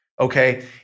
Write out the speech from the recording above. okay